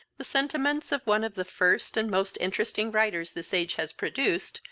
the sentiments of one of the first and most interesting writers this age has produced,